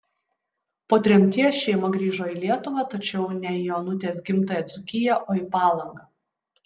po tremties šeima grįžo į lietuvą tačiau ne į onutės gimtąją dzūkiją o į palangą